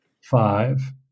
five